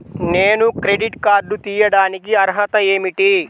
నేను credit card తీయడానికి అర్హత ఏమిటి?